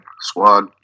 squad